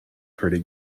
pretty